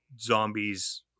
zombies